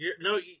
no